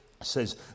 says